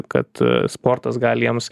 kad sportas gali jiems